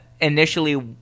initially